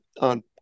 on